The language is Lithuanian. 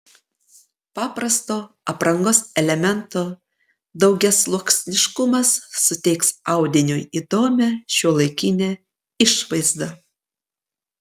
paprasto aprangos elemento daugiasluoksniškumas suteiks audiniui įdomią šiuolaikinę išvaizdą